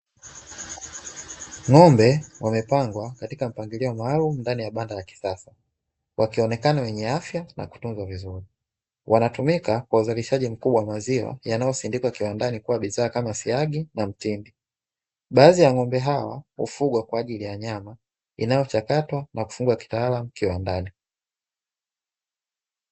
Ng'ombe wamepangwa katika mpangilio maalumu ndani ya banda la kisasa, wakionekana wenye afya na kutunzwa vizuri. wanatumika kwa uzalishaji mkubwa wa maziwa, yanayosindikwa kiwandani kuwa kama siagi na mtindi. Baadhi ya ng'ombe hawa hufugwa kwa ajili ya nyama, inayochakatwa na kufungwa kitaalamu kiwandani.